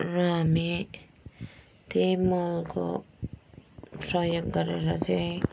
र हामी त्यही मलको प्रयोग गरेर चाहिँ